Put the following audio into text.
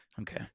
Okay